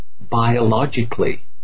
biologically